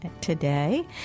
today